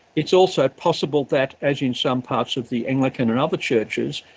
it's also possible that, as in some parts of the anglican and other churches,